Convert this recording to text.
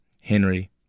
henry